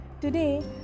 Today